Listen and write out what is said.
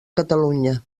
catalunya